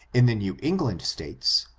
in the new england states,